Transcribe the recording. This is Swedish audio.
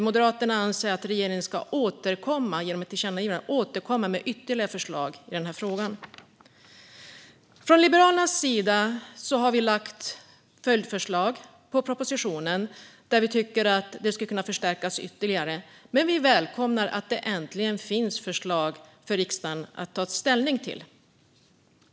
Moderaterna lämnar ett tillkännagivande om att regeringen ska återkomma med ytterligare förslag i frågan. Liberalerna har lämnat följdförslag till propositionen. Vi tycker att detta kan förstärkas ytterligare. Men vi välkomnar att det äntligen finns förslag för riksdagen att ta ställning till.